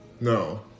No